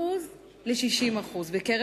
ומהנתונים עולה ששיעור התעסוקה בקרב